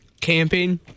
Camping